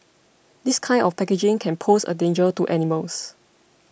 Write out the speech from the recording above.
this kind of packaging can pose a danger to animals